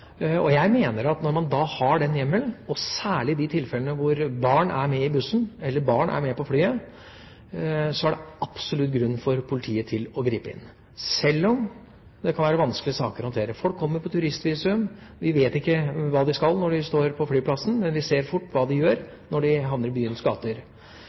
Jeg mener at når man har den hjemmelen, særlig i de tilfellene hvor barn er med i bussen eller med på flyet, er det absolutt grunn for politiet til å gripe inn, sjøl om det kan være vanskelige saker å håndtere. Folk kommer på turistvisum. Vi vet ikke hva de skal når de står på flyplassen, men vi ser fort hva de